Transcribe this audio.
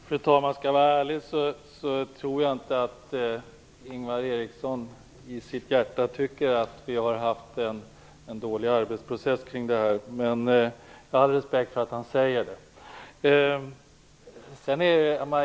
Fru talman! Om jag skall vara ärlig vill jag säga att jag inte tror att Ingvar Eriksson i sitt hjärta tycker att vi har haft en dålig arbetsprocess i detta ärende, men jag har all respekt för att han säger det.